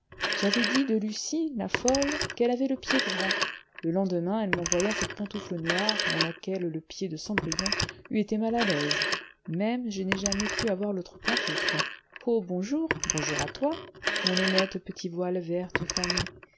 j'avais dit de lucy la folle qu'elle avait le pied grand le lendemain elle m'envoya cette pantoufle noire dans laquelle le pied de cendrillon eût été mal à l'aise même je n'ai jamais pu avoir l'autre pantoufle o bonjour bonjour à toi mon honnête petit voile vert tout fané